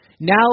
Now